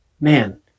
man